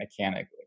mechanically